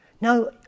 Now